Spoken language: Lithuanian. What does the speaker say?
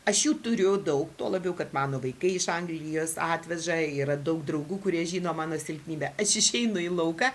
aš jų turiu daug tuo labiau kad mano vaikai iš anglijos atveža yra daug draugų kurie žino mano silpnybę aš išeinu į lauką